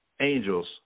angels